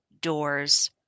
doors